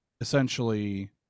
Essentially